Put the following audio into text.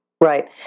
Right